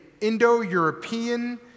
Indo-European